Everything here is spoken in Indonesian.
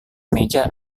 meja